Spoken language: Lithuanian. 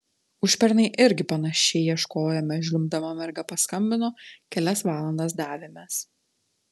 užpernai irgi panašiai ieškojome žliumbdama merga paskambino kelias valandas davėmės